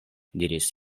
diris